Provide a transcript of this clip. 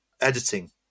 editing